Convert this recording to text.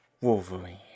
Wolverine